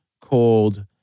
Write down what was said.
called